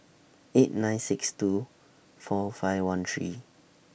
eight nine six two four five one three